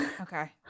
Okay